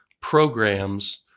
programs